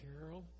Carol